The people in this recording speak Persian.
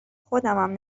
خودمم